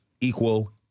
equal